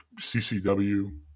CCW